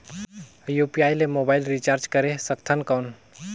UPI ले mobile recharge करे सकथन कौन?